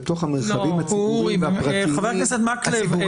לתוך המרחבים הציבוריים והפרטיים והסגורים,